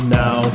now